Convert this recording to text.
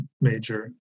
major